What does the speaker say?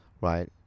right